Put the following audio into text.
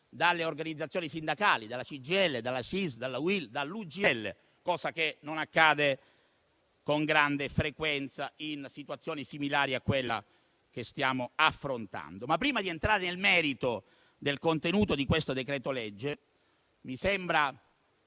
dalle organizzazioni sindacali della CGIL, della CISL, della UIL e dell'UGL, cosa che non accade con grande frequenza in situazioni similari a quella che stiamo affrontando. Prima di entrare nel merito del contenuto del decreto-legge, mi sembra